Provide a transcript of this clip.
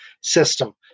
system